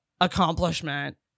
accomplishment